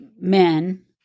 men